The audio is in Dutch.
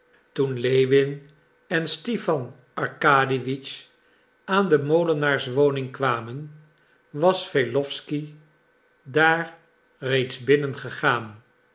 toen lewin en stipan arkadiewitsch aan de molenaarswoning kwamen was wesslowsky daar reeds binnen